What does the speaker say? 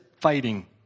fighting